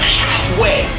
halfway